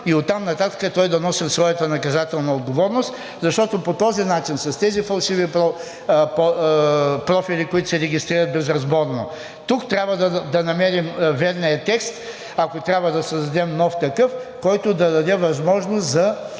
и оттам нататък той да носи своята наказателна отговорност. Защото по този начин, с тези фалшиви профили, които се регистрират безразборно, тук трябва да намерим верния текст, ако трябва да създадем нов такъв, който да даде възможност за